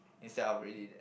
instead of ready that